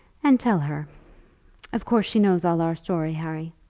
and tell her of course she knows all our story, harry?